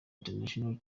international